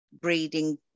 breeding